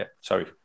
Sorry